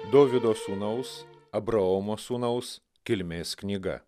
dovydo sūnaus abraomo sūnaus kilmės knyga